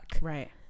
Right